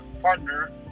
partner